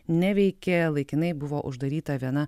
neveikė laikinai buvo uždaryta viena